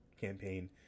campaign